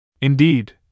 Indeed